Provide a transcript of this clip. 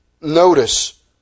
notice